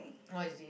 what is this